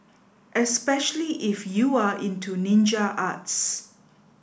especially if you are into ninja arts